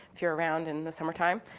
if you're around in the summertime,